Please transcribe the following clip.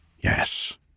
Yes